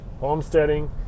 homesteading